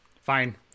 Fine